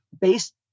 based